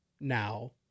now